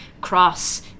cross